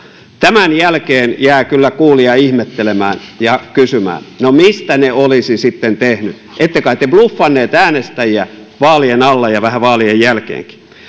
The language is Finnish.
tämän jälkeen jää kyllä kuulija ihmettelemään ja kysymään että no mistä ne olisi sitten tehty ette kai te bluffanneet äänestäjiä vaalien alla ja vähän vaalien jälkeenkin